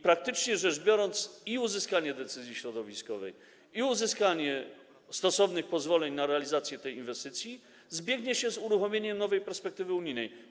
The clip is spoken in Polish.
Praktycznie rzecz biorąc, i uzyskanie decyzji środowiskowej, i uzyskanie stosownych pozwoleń na realizację tej inwestycji zbiegnie się z uruchomieniem nowej perspektywy unijnej.